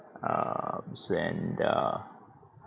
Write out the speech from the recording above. um and uh